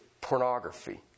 pornography